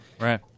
right